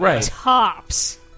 tops-